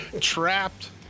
Trapped